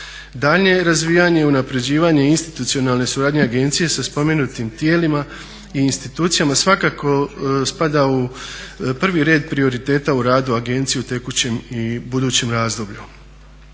je razvijanje i unaprjeđivanje institucionalne suradnje agencije sa spomenutim tijelima i institucijama svakako spada u prvi red prioriteta u radu agencije u tekućem i budućem razdoblju.